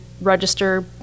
register